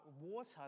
water